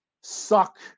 suck